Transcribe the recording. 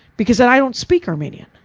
because i don't speak armenian.